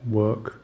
work